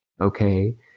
Okay